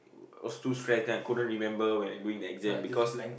I was too stress I couldn't remember when I am doing the exam because